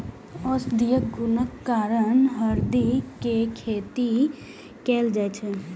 औषधीय गुणक कारण हरदि के खेती कैल जाइ छै